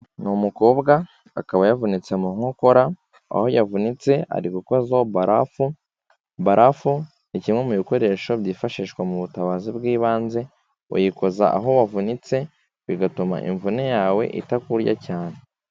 Ni umukobwa akaba yavunitse mu nkokora, aho yavunitse ari gukozoho barafu, barafu ni kimwe mu bikoresho byifashishwa mu butabazi bw'ibanze, uyikoza aho wavunitse bigatuma imvune yawe itakurya cyane.